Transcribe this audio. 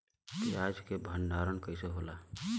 प्याज के भंडारन कइसे होला?